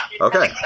Okay